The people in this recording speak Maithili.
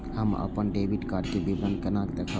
हम अपन डेबिट कार्ड के विवरण केना देखब?